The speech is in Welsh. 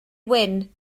wyn